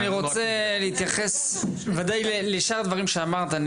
אני רוצה להתייחס ודאי לשאר הדברים שאמרת,